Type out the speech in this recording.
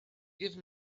give